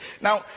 Now